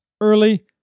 early